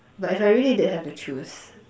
but if I really did have to choose